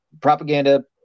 propaganda